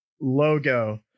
logo